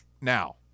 now